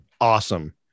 awesome